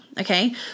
okay